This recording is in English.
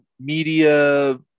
media